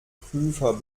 prüfer